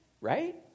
Right